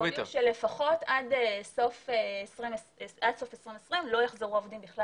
הודיעו שלפחות עד סוף 2020 לא יחזרו העובדים בכלל